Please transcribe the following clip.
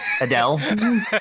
Adele